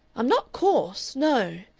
i'm not coarse no!